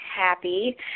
happy